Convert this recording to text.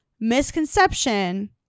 misconception